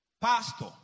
Pastor